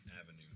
avenue